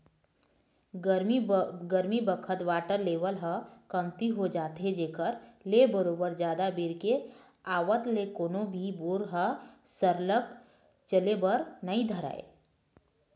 गरमी बखत water level ह कमती हो जाथे जेखर ले बरोबर जादा बेर के आवत ले कोनो भी बोर ह सरलग चले बर नइ धरय